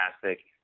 fantastic